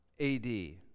AD